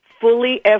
fully